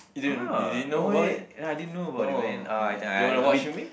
oh oh wait I didn't know about it man uh I think I a bit